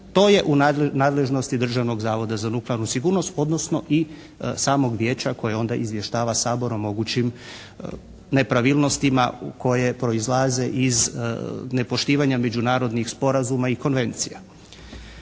to je u nadležno Državnog zavoda za nuklearnu sigurnost, odnosno i samog Vijeća koje onda izvještava Sabor o mogućim nepravilnostima koje proizlaze iz nepoštivanja međunarodnih sporazuma i konvencija.